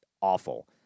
awful